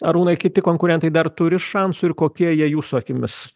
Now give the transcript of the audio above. arūnai kiti konkurentai dar turi šansų ir kokie jie jūsų akimis